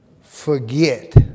forget